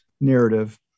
narrative